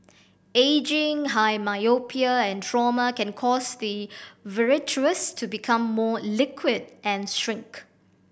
ageing high myopia and trauma can cause the vitreous to become more liquid and shrink